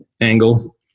angle